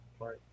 right